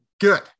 Good